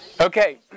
Okay